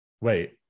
wait